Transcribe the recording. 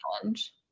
challenge